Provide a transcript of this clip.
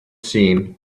seemed